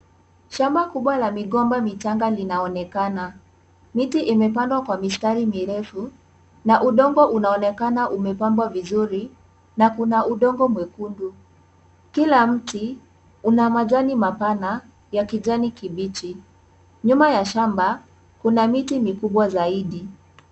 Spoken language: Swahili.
Shamba kubwa la migomba michanga linaonekana. Miti imepandwa kwa mistari mirefu na udongo unaonekana umepambwa vizuri na kuna udongo mwekundu. Kila mti una majani mapana ya kijani kibichi nyuma ya shamba kuna miti mikubwa zaidi.